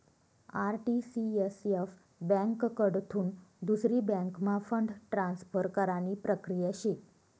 RTCSF ब्यांककडथून दुसरी बँकम्हा फंड ट्रान्सफर करानी प्रक्रिया शे